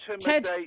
Ted